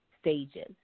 stages